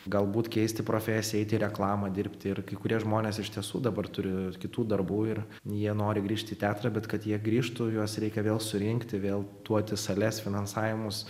galbūt keisti profesiją eiti į reklamą dirbti ir kai kurie žmonės iš tiesų dabar turi ir kitų darbų ir jie nori grįžti į teatrą bet kad jie grįžtų juos reikia vėl surinkti vėl duoti sales finansavimus